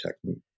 technique